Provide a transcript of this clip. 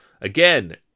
Again